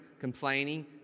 complaining